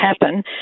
happen